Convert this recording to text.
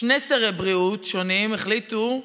שני שרי בריאות שונים החליטו,